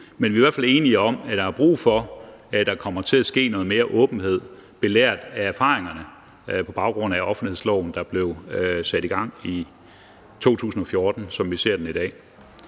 men vi er i hvert fald enige om, at der er brug for, at der kommer til at være noget mere åbenhed – belært af erfaringerne på baggrund af offentlighedsloven, der blev sat i gang i 2014, som vi ser den i dag.